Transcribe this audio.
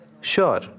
sure